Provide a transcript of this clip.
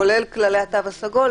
כולל כללי התו הסגול,